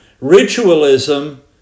ritualism